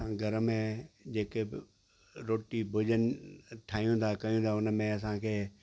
असां घर में जेके बि रोटी भोजन ठाहियूं था कयूं था उन में असांखे